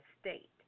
state